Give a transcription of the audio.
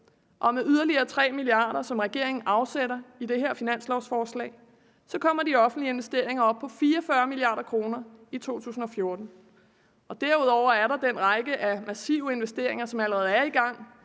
og med yderligere 3 mia. kr., som regeringen afsætter i det her finanslovsforslag, kommer de offentlige investeringer op på 44 mia. kr. i 2014. Derudover er der den række af massive investeringer, som allerede er i gang: